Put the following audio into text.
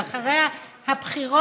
זה אחרי הבחירות,